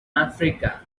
africa